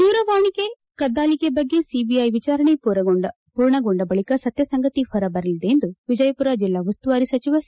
ದೂರವಾಣಿ ಕದ್ದಾಲಿಕೆ ಬಗ್ಗೆ ಸಿಬಿಐ ವಿಚಾರಣೆ ಪೂರ್ಣಗೊಂಡ ಬಳಕ ಸತ್ತಸಂಗತಿ ಹೊರಬರಲಿದೆ ಎಂದು ವಿಜಯಪುರ ಜಿಲ್ಲಾ ಉಸ್ತುವಾರಿ ಸಚಿವ ಸಿ